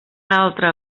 altra